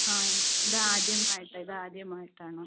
ആ ഇതാദ്യമായിട്ടാണ് ഇതാദ്യമായിട്ടാണ്